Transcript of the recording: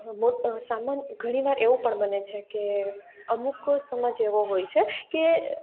મોટ સા ઘણી વાર એવું પણ બને છે કે અમુક સમાજ એવો હોય છે કે